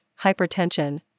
hypertension